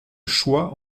choix